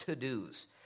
to-dos